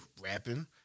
rapping